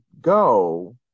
go